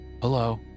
Hello